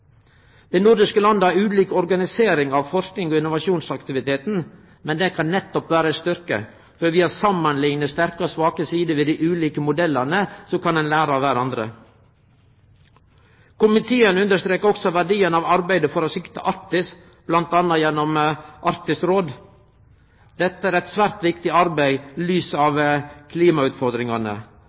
Dei nordiske landa har ulik organisering av forskings- og innovasjonsaktiviteten, men det kan nettopp vere ein styrke. Ved å samanlikne sterke og svake sider i dei ulike modellane kan ein lære av kvarandre. Komiteen understrekar også verdien av arbeidet for å sikre Arktis, bl.a. gjennom Arktisk Råd. Dette er eit svært viktig arbeid sett i lys av klimautfordringane.